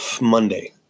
Monday